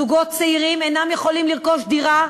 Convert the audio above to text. זוגות צעירים אינם יכולים לרכוש דירה.